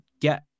get